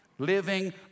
Living